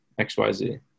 XYZ